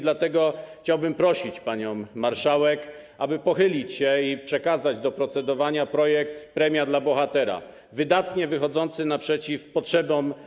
Dlatego chciałbym prosić panią marszałek, aby pochylić się i przekazać do procedowania projekt „Premia dla bohatera”, wydatnie wychodzący naprzeciw potrzebom.